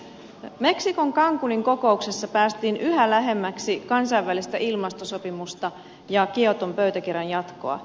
meksikon cancunin kokouksessa päästiin yhä lähemmäksi kansainvälistä ilmastosopimusta ja kioton pöytäkirjan jatkoa